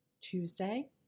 Tuesday